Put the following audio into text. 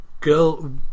girl